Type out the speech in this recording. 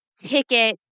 ticket